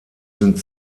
sind